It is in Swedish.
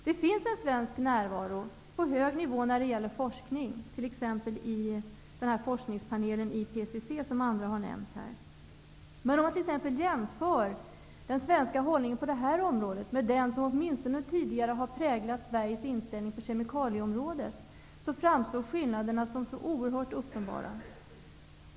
Det finns en svensk närvaro på hög nivå när det gäller forskning, t.ex. i forskningspanelen IPPC, som andra har nämnt. Om man jämför den svenska hållningen på det här området med den som åtminstone tidigare har präglat Sveriges inställning på kemikalieområdet, framstår skillnaderna som oerhört uppenbara.